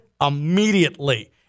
immediately